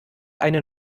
eine